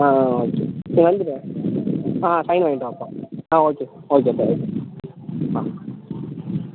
ஆ ஆ ஆ ஓகே நீ வந்துடு ஆ சைன் வாங்கிட்டு வாப்பா ஆ ஓகேப்பா ஓகேப்பா ஓகே ஆ